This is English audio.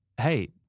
hey